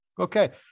Okay